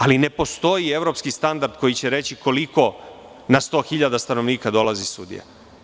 Ali, ne postoji evropski standard koji će reći koliko na 100.000 stanovnika dolazi sudija.